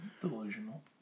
Delusional